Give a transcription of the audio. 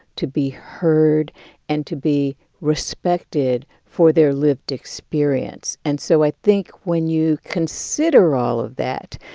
to be heard and to be respected for their lived experience. and so i think when you consider all of that,